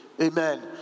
Amen